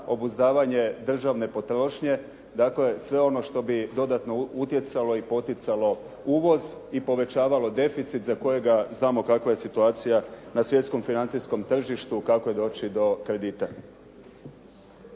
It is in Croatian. Obuzdavanje državne potrošnje. Dakle, sve ono što bi dodatno utjecalo i poticalo uvoz i povećavalo deficit za kojega znamo kakva je situacija na svjetskom financijskom tržištu, kako je doći do kredita.